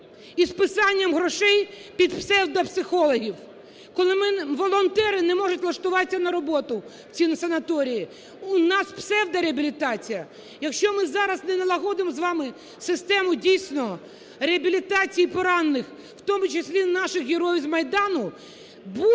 і списанням грошей під псевдопсихологів, коли волонтери не можуть влаштуватися на роботу в ці санаторії. У нас псевдореабілітація. Якщо ми зараз не налагодимо з вами систему, дійсно, реабілітації поранених, в тому числі наших героїв з Майдану,